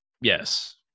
Yes